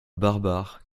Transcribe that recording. barbare